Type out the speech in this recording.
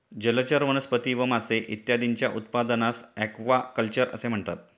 जलचर वनस्पती व मासे इत्यादींच्या उत्पादनास ॲक्वाकल्चर असे म्हणतात